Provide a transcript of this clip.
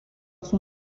son